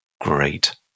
Great